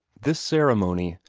this ceremony,